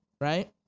Right